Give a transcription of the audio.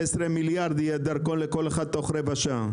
מיליארד יהיה דרכון לכל אחד תוך רבע שעה.